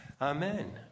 Amen